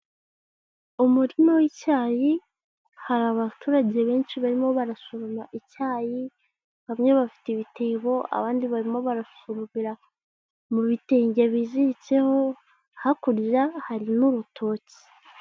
Umurima w'icyayi, hari abaturage benshi barimo barasoroma icyayi, bamwe bafite ibitebo, abandi barimo barafurubira mu bitenge biziritseho, hakurya hari n'urutoki.